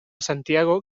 santiago